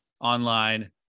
online